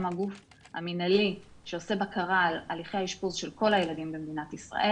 הם הגוף המנהלי שעושה בקרה על הליכי האשפוז של כל הילדים במדינת ישראל.